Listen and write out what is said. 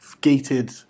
gated